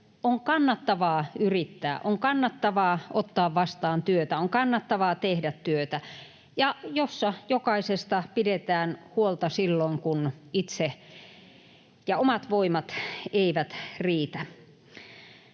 on kannattavaa yrittää, on kannattavaa ottaa vastaan työtä, on kannattavaa tehdä työtä ja jossa jokaisesta pidetään huolta silloin, kun omat voimat eivät riitä.